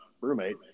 roommate